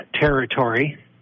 territory